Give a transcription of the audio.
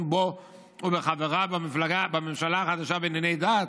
בו ובחבריו בממשלה החדשה בענייני דת.